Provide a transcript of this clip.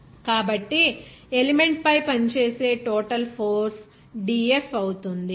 కాబట్టి ఎలిమెంట్ పై పనిచేసే టోటల్ ఫోర్స్ dF అవుతుంది